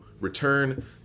return